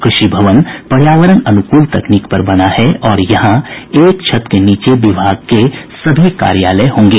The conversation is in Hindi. कृषि भवन पर्यावरण अनुकूल तकनीक पर बना है और यहां एक छत के नीचे विभाग के सभी कार्यालय होंगे